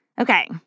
Okay